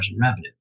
revenue